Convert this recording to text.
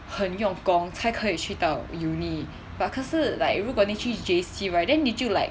很用功才可以去到 uni but 可是 like 如果你去 J_C right then 你就 like